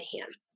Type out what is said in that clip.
hands